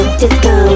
disco